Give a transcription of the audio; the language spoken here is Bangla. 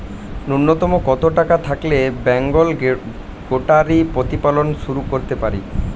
নূন্যতম কত টাকা থাকলে বেঙ্গল গোটারি প্রতিপালন শুরু করতে পারি?